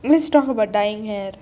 let's talk about dying hair